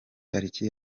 tariki